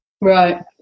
Right